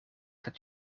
dat